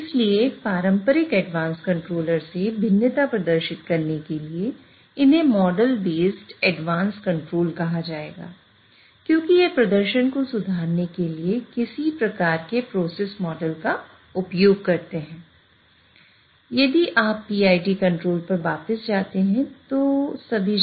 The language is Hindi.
इसलिए पारंपरिक एडवांस कंट्रोलर क्या है के रूप में थी